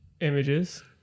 Images